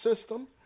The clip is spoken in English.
system